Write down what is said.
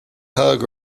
hug